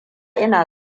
ina